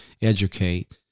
educate